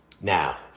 Now